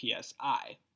PSI